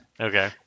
okay